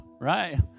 right